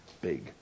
big